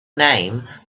name